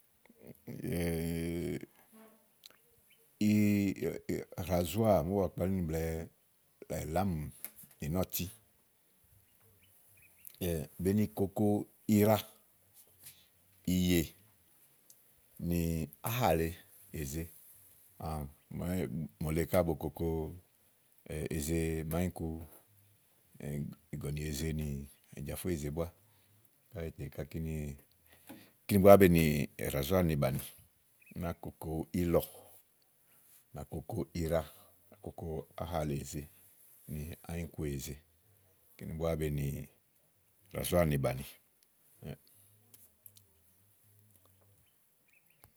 ́́iiRàzúàr màa ówó ba kpalí blɛ̀ɛ làámù nì nɔ́ɔ̀tí be ni koko iɖa ìyè nì áhà lèe éze mòole ká bo koko eze màa ányiku ìgɔ̀nìèze nì ìjàfó èze búá ètè ká kíni, kíni búá be nì ràzúàr ni bàni, à nàáa koko ílɔ̀, à nà koko iɖa, à nà koko áhà lèe èze nì ányikuèze kínì búá be nì ràzúàr ni bàni.